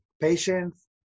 patients